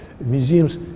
Museums